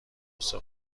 غصه